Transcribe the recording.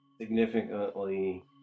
significantly